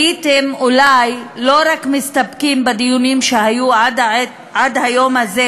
הייתם אולי לא רק מסתפקים בדיונים שהיו עד היום הזה,